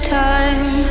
time